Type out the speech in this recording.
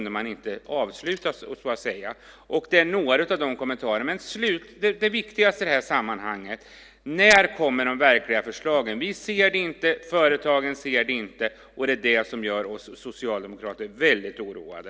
Det var några kommentarer, men det viktigaste i det här sammanhanget är: När kommer de verkliga förslagen? Vi ser dem inte. Företagen ser dem inte. Det är det som gör oss socialdemokrater väldigt oroade.